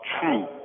true